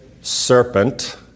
serpent